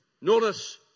Notice